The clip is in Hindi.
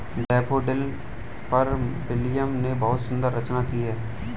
डैफ़ोडिल पर विलियम ने बहुत ही सुंदर रचना की है